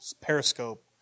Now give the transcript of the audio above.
Periscope